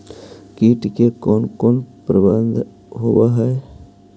किट के कोन कोन प्रबंधक होब हइ?